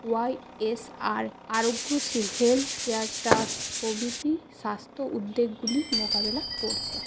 Y S আর healthcare trust প্রভৃতি স্বাস্থ্য উদ্বেগগুলি মোকাবেলা করছে